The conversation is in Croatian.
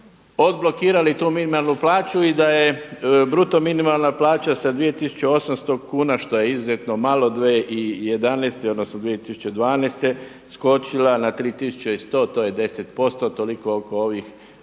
odblokirali tu minimalnu plaću i da je bruto minimalna plaća sa 2800 kuna što je izuzetno malo 2011. odnosno 2012. skočila na 3100. To je 10%, toliko oko ovih,